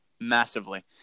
massively